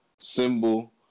symbol